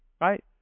right